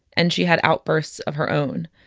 and she had outbursts of her own.